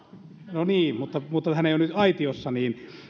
no niin mutta mutta hän ei ole nyt aitiossa että